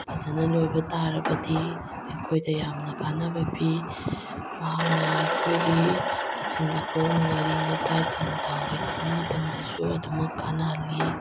ꯐꯖꯅ ꯂꯣꯏꯕ ꯇꯥꯔꯕꯗꯤ ꯑꯩꯈꯣꯏꯗ ꯌꯥꯝꯅ ꯀꯥꯟꯅꯕ ꯄꯤ ꯃꯍꯥꯛꯅ ꯑꯩꯈꯣꯏꯒꯤ ꯑꯆꯤꯟ ꯑꯀꯣꯝ ꯉꯥꯔꯤ ꯉꯥꯇꯥꯏ ꯊꯨꯝ ꯊꯥꯎ ꯂꯩꯇꯕ ꯃꯇꯝꯗꯁꯨ ꯑꯗꯨꯝꯃꯛꯀ ꯀꯥꯟꯅꯍꯜꯂꯤ